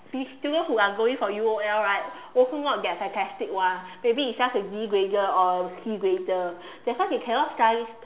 these students who are going for U_O_L right also not get a fantastic [one] maybe just a D grader or C grader that's why he cannot study